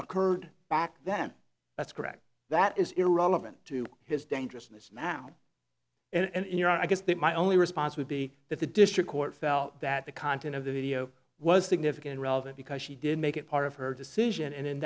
occurred back then that's correct that is irrelevant to his dangerousness now and in your i guess that my only response would be that the district court felt that the content of the video was significant relevant because she did make it part of her decision and in